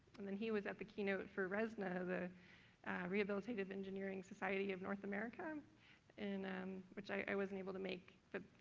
and then he was at the keynote for resna, the rehabilitative engineering society of north america and which i wasn't able to make but